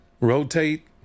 rotate